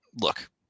look